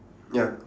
ya